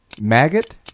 maggot